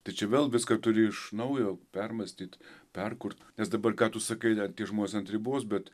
tai čia vėl viską turi iš naujo permąstyt perkurt nes dabar ką tu sakai ten tie žmonės ant ribos bet